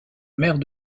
maire